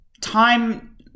Time